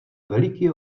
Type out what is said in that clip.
veliký